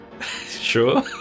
sure